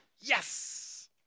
Yes